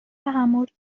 تحمل